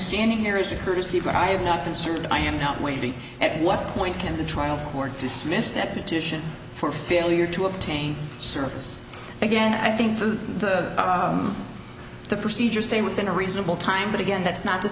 standing here is a courtesy but i have not been served i am not waiting at what point can the trial court dismissed that petition for failure to obtain surface again i think the procedures say within a reasonable time but again that's not the